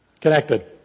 Connected